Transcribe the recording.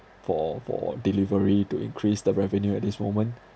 for for delivery to increase the revenue at this moment